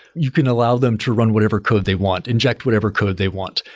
you can allow them to run whatever code they want, inject whatever code they want.